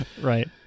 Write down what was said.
Right